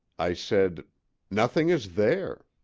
i said nothing is there.